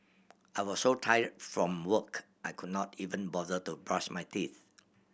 I was so tired from work I could not even bother to brush my teeth